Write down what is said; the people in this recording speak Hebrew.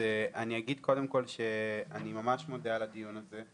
אני אגיד קודם כל שאני ממש מודה על הדיון הזה,